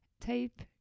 type